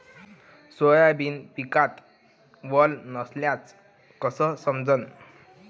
Soybean पिकात वल नसल्याचं कस समजन?